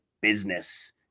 business